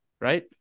right